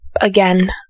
Again